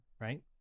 right